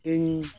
ᱤᱧ